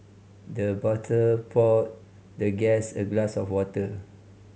the butler poured the guest a glass of water